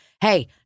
hey